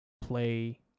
play